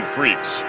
Freaks